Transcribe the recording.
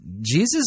Jesus